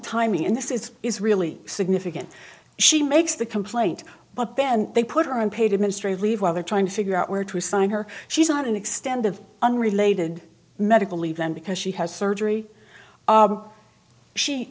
timing and this is is really significant she makes the complaint but then they put her on paid administrative leave while they're trying to figure out where to sign her she's on an extended unrelated medical leave then because she has surgery